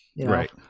Right